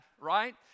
right